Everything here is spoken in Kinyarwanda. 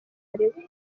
aregwa